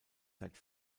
seit